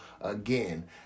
again